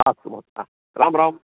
अस्तु महोदय राम राम